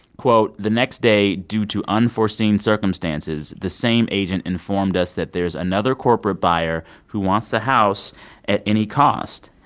quote, the next day, due to unforeseen circumstances, the same agent informed us that there's another corporate buyer who wants the house at any cost.